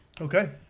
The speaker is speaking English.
Okay